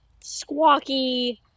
squawky